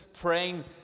praying